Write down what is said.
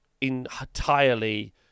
entirely